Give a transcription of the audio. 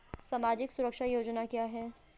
सामाजिक सुरक्षा योजना क्या है?